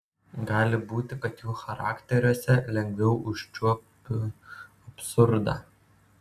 gali būti kad jų charakteriuose lengviau užčiuopiu absurdą